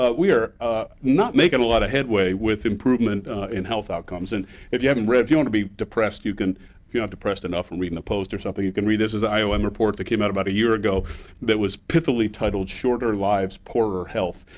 ah we are ah not making a lot of headway with improvement in health outcomes. and if you haven't read if you want to be depressed, you can if you're not depressed enough from reading the post or something, you can read this is an ah iom report that came out about a year ago that was pithily titled shorter lives, poorer health,